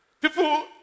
People